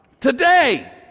Today